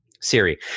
Siri